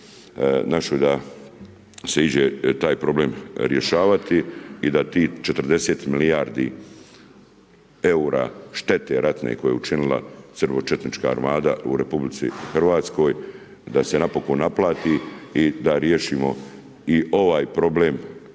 našoj, da se iđe taj problem rješavati i da tih 40 milijardi eura štete ratne, koja je učinili srbo četnična armada u Republici Hrvatskoj, da se napokon naplati i da riješimo i ovaj problem